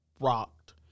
rocked